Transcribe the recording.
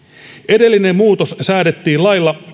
edellinen muutos säädettiin lailla